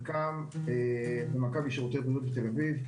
במכבי שירותי בריאות בתל-אביב.